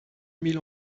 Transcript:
mille